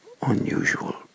unusual